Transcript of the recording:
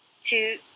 two